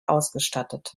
ausgestattet